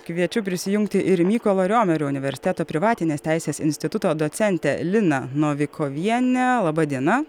kviečiu prisijungti ir mykolo riomerio universiteto privatinės teisės instituto docentę liną novikovienę laba diena